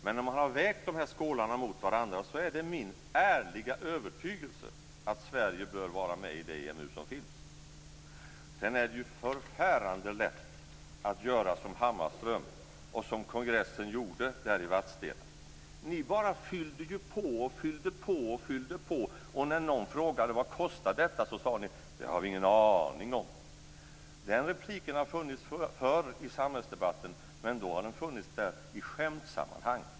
Men när man har vägt de här skålarna mot varandra så är det min ärliga övertygelse att Sverige bör vara med i det EMU som finns. Sedan är det ju förfärande lätt att göra som Hammarström, och som kongressen gjorde där i Vadstena. Ni bara fyllde på, och fyllde på och fyllde på! När någon frågade: Vad kostar detta? så sade ni: Det har vi ingen aning om! Den repliken har funnits förr i samhällsdebatten, men då har den funnits där i skämtsammanhang.